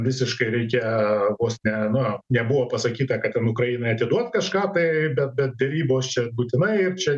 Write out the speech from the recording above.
visiškai reikia vos ne na nebuvo pasakyta kad ten ukrainai atiduot kažką tai bet bet derybos čia būtinai ir čia